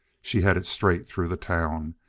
she headed straight through the town,